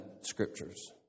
Scriptures